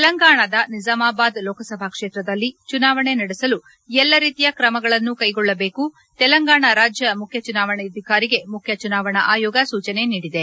ತೆಲಂಗಾಣದ ನಿಜಾಮಬಾದ್ ಲೋಕಸಭಾ ಕ್ಷೇತ್ರದಲ್ಲಿ ಚುನಾವಣೆ ನಡೆಸಲು ಎಲ್ಲ ರೀತಿಯ ಕ್ರಮಗಳನ್ನು ಕ್ವೆಗೊಳ್ಳಬೇಕೆಂದು ತೆಲಂಗಾಣ ರಾಜ್ಯ ಮುಖ್ಯ ಚುನಾವಣಾಧಿಕಾರಿಗೆ ಮುಖ್ಯ ಚುನಾವಣೆ ಆಯೋಗ ಸೂಚನೆ ನೀಡಿದೆ